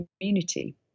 community